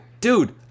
dude